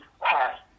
past